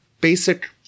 basic